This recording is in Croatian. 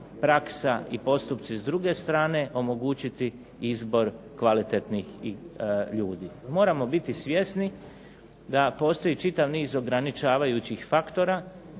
praksa i postupci s druge strane omogućiti izbor kvalitetnih ljudi. Moramo biti svjesni da postoji čitav niz ograničavajućih faktora,